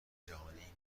جهانی